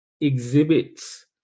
exhibits